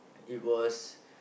it was